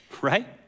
Right